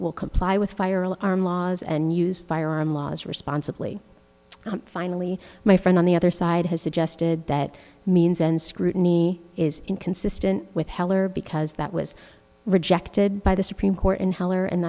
will comply with fire alarm laws and use firearm laws responsibly finally my friend on the other side has suggested that means and scrutiny is inconsistent with heller because that was rejected by the supreme court in heller and